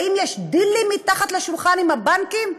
האם יש דילים מתחת לשולחן עם הבנקים?